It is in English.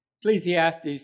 Ecclesiastes